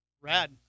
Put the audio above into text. Rad